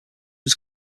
was